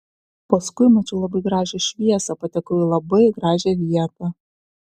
o paskui mačiau labai gražią šviesą patekau į labai gražią vietą